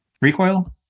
Recoil